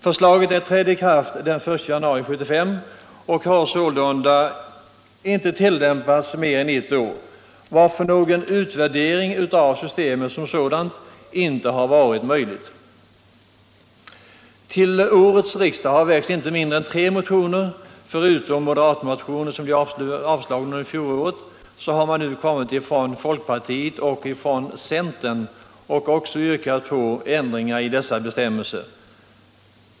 Förslaget trädde i kraft den 1 januari 1975 och har sålunda inte tillämpats mer än ett år, varför någon utvärdering av systemet som sådant inte har varit möjlig. Till årets riksdag har väckts inte mindre än tre motioner. Förutom moderaterna, vilkas likalydande motion blev avslagen under fjolåret, så har nu också folkpartiet och centern yrkat på ändringar i dessa bestämmelser.